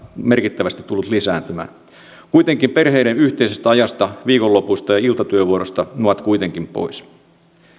merkittävästi tullut lisäämään kuitenkin perheiden yhteisestä ajasta viikonlopuista ja iltatyövuoroista ne ovat pois